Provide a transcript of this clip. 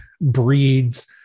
breeds